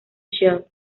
shell